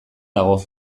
dago